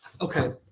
okay